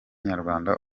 nyarwanda